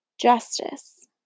justice